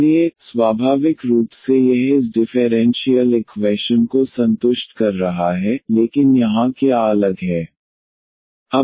इसलिए स्वाभाविक रूप से यह इस डिफेरेंशीयल इक्वैशन को संतुष्ट कर रहा है लेकिन यहां क्या अलग है